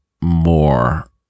more